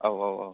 औ औ औ